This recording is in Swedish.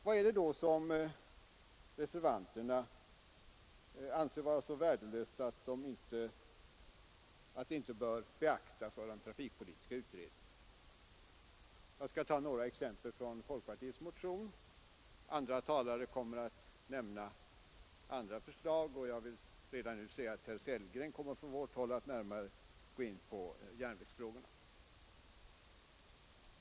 Vad är det då som reservanterna anser vara så värdelöst att det inte bör beaktas av den trafikpolitiska utredningen? Jag skall ta några exempel från folkpartiets motion. Andra talare kommer att nämna andra förslag, och jag vill redan nu säga att från vårt håll herr Sellgren kommer att gå närmare in på järnvägsfrågorna.